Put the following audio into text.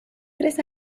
tres